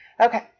Okay